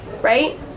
right